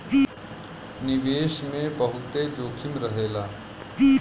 निवेश मे बहुते जोखिम रहेला